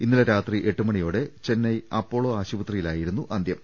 ഇന്നലെ രാത്രി എട്ടുമണിയോടെ ചെന്നൈ അപ്പോളോ ആശുപ ത്രിയിലായിരുന്നു അന്തൃം